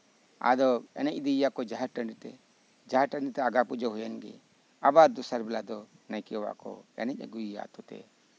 ᱟᱫᱚ ᱮᱱᱮᱡ ᱤᱫᱤᱭᱮᱭᱟ ᱠᱚ ᱡᱟᱦᱮᱨ ᱴᱟᱺᱰᱤᱛᱮ ᱡᱟᱦᱮᱨ ᱴᱟᱺᱰᱤ ᱨᱮ ᱟᱸᱜᱟ ᱯᱩᱡᱟᱹ ᱦᱩᱭᱮᱱ ᱜᱮ ᱟᱵᱟᱨ ᱫᱚᱥᱟᱨ ᱵᱮᱲᱟ ᱫᱚ ᱱᱟᱭᱠᱮ ᱵᱟᱵᱟ ᱫᱚ ᱚᱲᱟᱜ ᱠᱚ ᱮᱱᱮᱡ ᱟᱹᱜᱩᱭᱮᱭᱟ ᱟᱹᱛᱩᱛᱮ